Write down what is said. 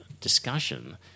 discussion